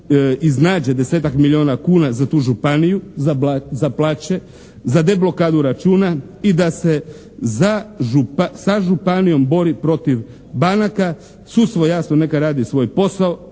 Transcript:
iznađe 10-ak milijuna kuna za tu županiju, za plaće, za deblokadu računa i da se sa županijom bori protiv banaka. Sudstvo, jasno, neka radi svoj posao